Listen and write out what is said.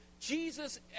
Jesus